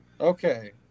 Okay